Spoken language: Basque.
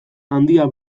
handia